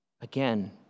Again